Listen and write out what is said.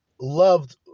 loved